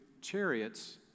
chariots